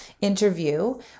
interview